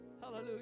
Hallelujah